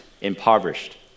impoverished